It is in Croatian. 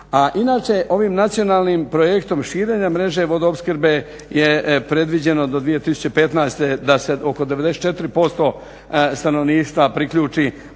inače ovim Nacionalnim projektom širenja mreže vodoopskrbe je predviđeno do 2015. da se oko 94% stanovništva priključi